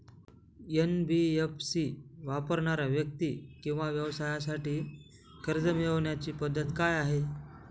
NBFC वापरणाऱ्या व्यक्ती किंवा व्यवसायांसाठी कर्ज मिळविण्याची पद्धत काय आहे?